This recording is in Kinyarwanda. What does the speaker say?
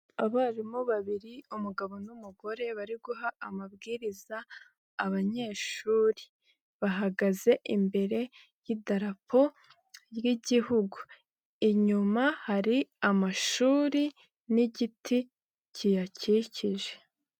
Abarimu babiri umugabo n'umugore bari guha amabwiriza abanyeshuri, bahagaze imbere y'idarapo ry'Igihugu, inyuma hari amashuri n'igiti kiyakikije.